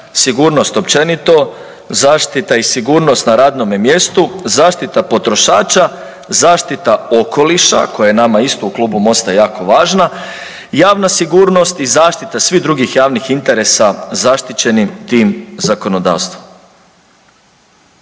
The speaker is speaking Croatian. sigurnost općenito, zaštita i sigurnost na radnome mjestu, zaštita potrošača, zaštita okoliša koja je nama isto u klubu MOST-a jako važna, javna sigurnost i zaštita svih drugih javnih interesa zaštićenim tim zakonodavstvom.